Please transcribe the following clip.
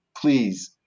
please